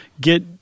get